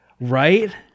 right